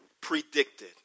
predicted